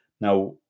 Now